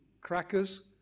crackers